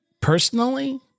personally